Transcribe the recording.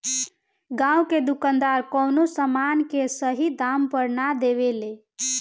गांव के दुकानदार कवनो समान के सही दाम पर ना देवे ले